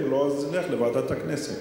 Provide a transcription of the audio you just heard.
ואם לא, אז נלך לוועדת הכנסת.